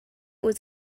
was